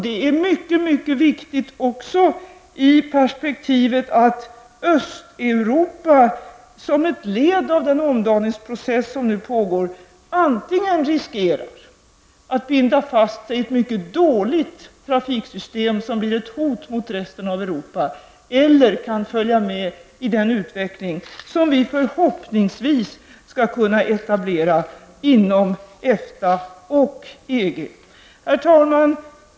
Detta är mycket viktigt också i perspektivet att Östeuropa som ett led i den omdaningsprocess som nu pågår antingen riskerar att binda fast sig vid ett mycket dåligt trafiksystem som blir ett hot mot resten av Europa eller kan följa med i den utveckling som vi förhoppningsvis skall kunna etablera inom EFTA och EG. Herr Talman!